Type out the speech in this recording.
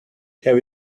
have